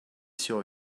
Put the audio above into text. sur